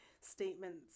statements